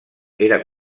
era